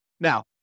Now